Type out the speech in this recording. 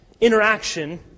interaction